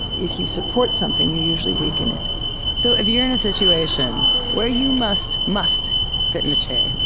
if you support something, you usually weaken it so if you're in a situation where you must, must sit in a chair,